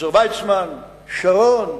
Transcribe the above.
עזר ויצמן, שרון.